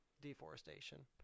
deforestation